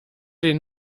den